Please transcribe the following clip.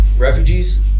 refugees